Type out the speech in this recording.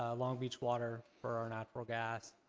ah long beach water for our natural gas.